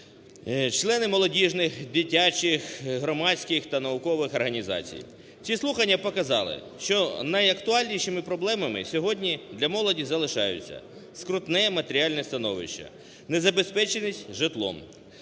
члени молодіжних, дитячих, громадських та наукових організацій. Ці слухання показали, що найактуальнішими проблемами сьогодні для молоді залишаються: скрутне матеріальне становище, незабезпеченість житлом,